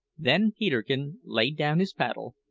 then peterkin laid down his paddle,